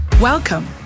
Welcome